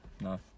no